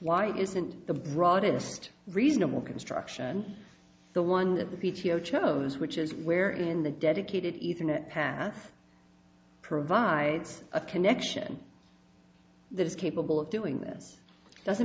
why isn't the broadest reasonable construction the one that the p t o chose which is where in the dedicated ether net path provides a connection that is capable of doing this doesn't